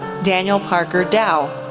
daniel parker dowe,